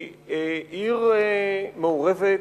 היא עיר מעורבת,